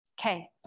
Okay